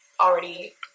already